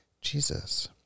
Jesus